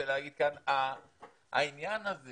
העניין יש את העניין הזה